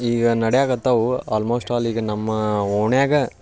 ಈಗ ನಡ್ಯಕತ್ತಿವೆ almost all ಈಗ ನಮ್ಮ ಓಣ್ಯಾಗೆ